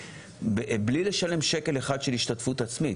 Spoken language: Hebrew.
בלי לשלם שקל אחד של השתתפות עצמית.